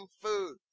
food